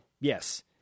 Yes